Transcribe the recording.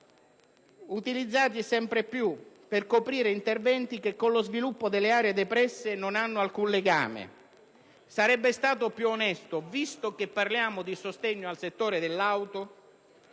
utilizzati sempre più per coprire interventi che con lo sviluppo delle aree depresse non hanno alcun legame. Sarebbe stato più onesto, visto che parliamo di sostegno al settore dell'auto,